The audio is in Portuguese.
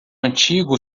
antigo